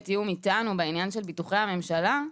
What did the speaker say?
תיאום איתנו בעניין של ביטוחי הממשלה,